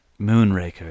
Moonraker